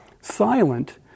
silent